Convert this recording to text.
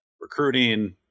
recruiting